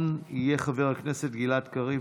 ראשון יהיה חבר הכנסת גלעד קריב.